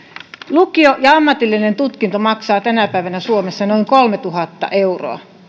lukio ja ammatillinen tutkinto maksavat tänä päivänä suomessa noin kolmetuhatta euroa